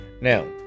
Now